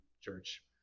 church